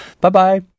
Bye-bye